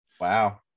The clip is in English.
Wow